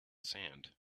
sand